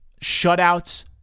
shutouts